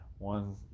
One